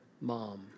mom